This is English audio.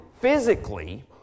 physically